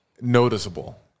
noticeable